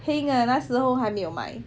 heng ah 那时候还没有买